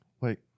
Wait